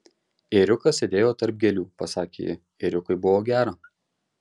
ėriukas sėdėjo tarp gėlių pasakė ji ėriukui buvo gera